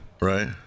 Right